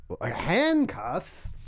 handcuffs